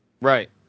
Right